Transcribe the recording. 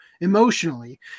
emotionally